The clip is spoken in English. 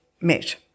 met